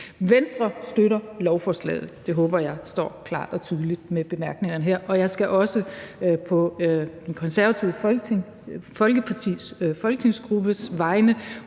Venstre støtter lovforslaget, og det håber jeg står klart og tydeligt med bemærkningerne her. Jeg skal også på Det Konservative Folkepartis folketingsgruppes vegne